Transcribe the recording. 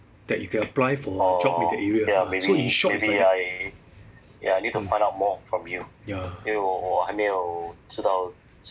that you can apply for job in that area so in short it's like that ya